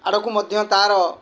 ଆଡ଼କୁ ମଧ୍ୟ ତାର